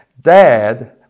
dad